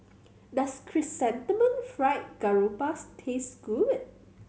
does Chrysanthemum Fried Garoupa taste good